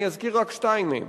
אני אזכיר רק שתיים מהם: